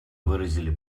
выразили